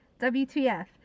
WTF